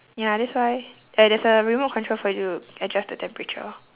ya that's why eh there's a remote control for you adjust the temperature